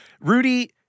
Rudy